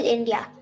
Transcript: India